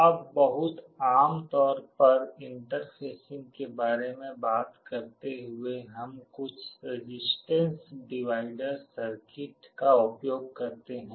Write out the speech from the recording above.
अब बहुत आम तौर पर इंटरफेसिंग के बारे में बात करते हुए हम कुछ रेजिस्टेंस डिवाइडर सर्किट का उपयोग करते हैं